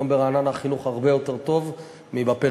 היום ברעננה החינוך הרבה יותר טוב מבפריפריה.